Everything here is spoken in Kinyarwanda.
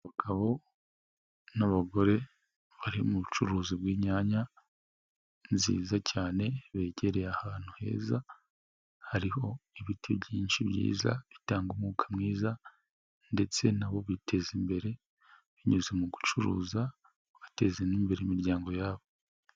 Abagabo n'abagore bari mu bucuruzi bw'inyanya nziza cyane begereye ahantu heza, hariho ibiti byinshi byiza bitanga umwuka mwiza ndetse nabo biteza imbere binyuze mu gucuruza bateza imbere imiryango yabo.